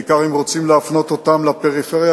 בעיקר אם רוצים להפנות אותם לפריפריה,